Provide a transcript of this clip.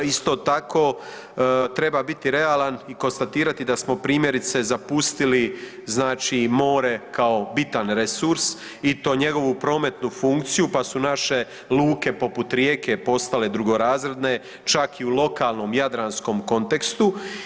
Isto tako treba biti realan i konstatirati da smo primjerice zapustili znači i more kao bitan resurs i to njegovu prometnu funkciju pa su naše luke poput Rijeke postale drugorazredne čak i u lokalnom jadranskom kontekstu.